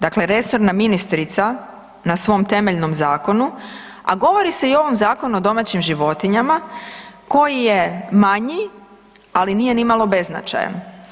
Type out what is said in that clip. Dakle resorna ministrica na svom temeljnom zakonu, a govori se i o ovom zakonu o domaćim životinjama koji je manji ali nije nimalo beznačajan.